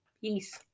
Peace